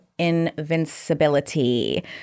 invincibility